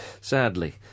sadly